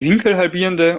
winkelhalbierende